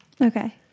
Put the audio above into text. Okay